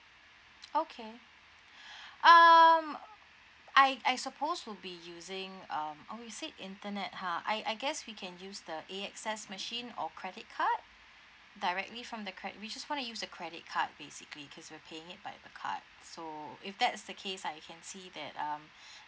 okay um I I suppose to be using um oh you said internet ha I I guess we can use the A_X_S machine or credit card directly from the cre~ we just wanna use the credit card basically cause we're paying it by credit cards so if that's the case I can see that um